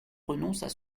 renoncent